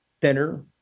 thinner